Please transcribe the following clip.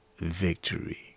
victory